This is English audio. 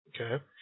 okay